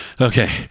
okay